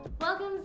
Welcome